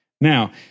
Now